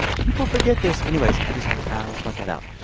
people forget this. anyways, i just um i always point that out.